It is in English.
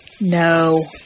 No